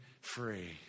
free